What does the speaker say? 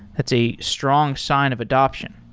that's a strong sign of adaption.